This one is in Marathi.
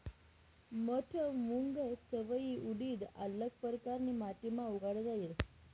मठ, मूंग, चवयी, उडीद आल्लग परकारनी माटीमा उगाडता येस